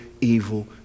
evil